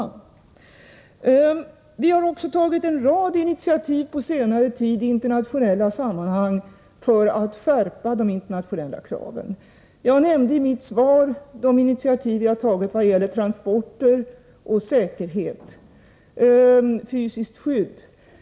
Vi har på senare tid också tagit en rad initiativ i internationella sammanhang för att skärpa de internationella kraven. Jag nämnde i mitt svar de initiativ vi har tagit i vad gäller transportsäkerhet och fysiskt skydd.